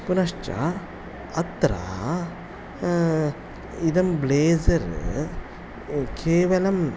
पुनश्च अत्र इदं ब्लेज़र् केवलम्